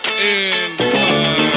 inside